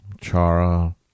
Chara